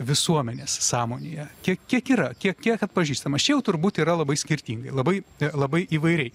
visuomenės sąmonėje kiek kiek yra kiek kiek atpažįstamas čia turbūt yra labai skirtingai labai labai įvairiai